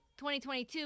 2022